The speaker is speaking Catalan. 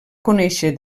conèixer